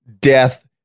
death